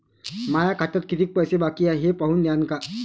माया खात्यात कितीक पैसे बाकी हाय हे पाहून द्यान का?